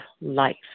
life